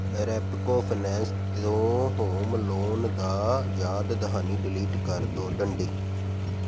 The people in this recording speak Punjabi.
ਰੈਪਕੋ ਫਾਈਨੈਂਸ ਤੋਂ ਹੋਮ ਲੋਨ ਦਾ ਯਾਦ ਦਹਾਨੀ ਡਿਲੀਟ ਕਰ ਦਿਉ ਡੰਡੀ